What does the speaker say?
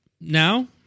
Now